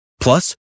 Plus